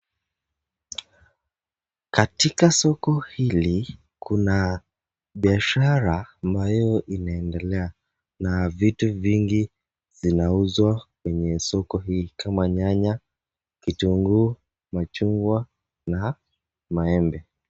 Katika soko hili kuna bishara ambaye inaendelea na vitu vingi zinauzwa kwenye soko hili kama nyanya, vitunguu , machungwa na maembe.